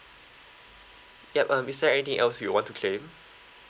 yup um is there anything else you want to claim